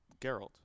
Geralt